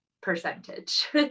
percentage